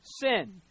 sin